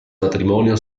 matrimonio